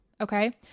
okay